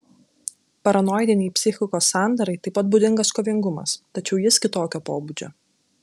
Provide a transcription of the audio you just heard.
paranoidinei psichikos sandarai taip pat būdingas kovingumas tačiau jis kitokio pobūdžio